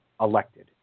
elected